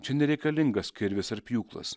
čia nereikalingas kirvis ar pjūklas